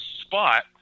spot